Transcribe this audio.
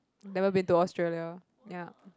never been to Australia ya